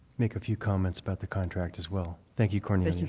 make a few comments about the contract as well. thank you, cornelia.